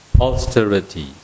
austerity